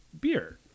beer